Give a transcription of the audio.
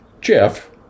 Jeff